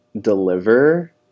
Deliver